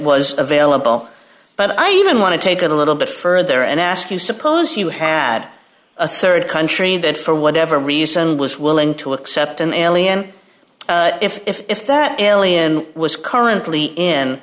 was available but i even want to take a little bit further and ask you suppose you had a rd country that for whatever reason was willing to accept an alien if if if that alien was currently in